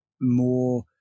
more –